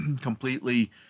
completely